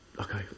Okay